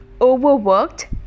overworked